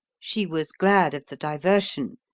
she was glad of the diversion,